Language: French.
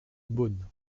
beaune